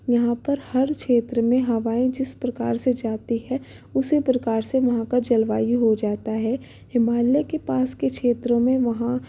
यहाँ पर हर क्षेत्र में हवाएँ जिस प्रकार से जाती है उसी प्रकार से वहाँ का जलवायु हो जाता है हिमालय के पास के क्षेत्रो में वहाँ